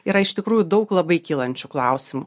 yra iš tikrųjų daug labai kylančių klausimų